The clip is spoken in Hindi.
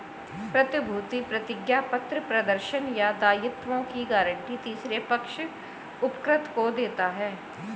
प्रतिभूति प्रतिज्ञापत्र प्रदर्शन या दायित्वों की गारंटी तीसरे पक्ष उपकृत को देता है